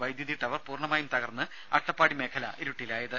വൈദ്യുതി ടവർ പൂർണ്ണമായും തകർന്ന് അട്ടപ്പാടി മേഖല ഇരുട്ടിലായത്